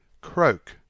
croak